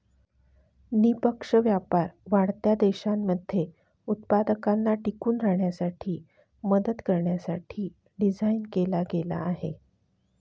निष्पक्ष व्यापार वाढत्या देशांमध्ये उत्पादकांना टिकून राहण्यासाठी मदत करण्याकरिता डिझाईन केला गेला आहे